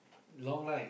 long night